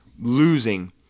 losing